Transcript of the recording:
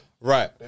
Right